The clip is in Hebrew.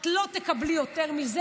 את לא תקבלי יותר מזה,